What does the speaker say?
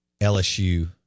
LSU